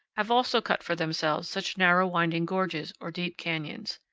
have also cut for themselves such narrow winding gorges, or deep canyons.